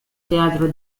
teatro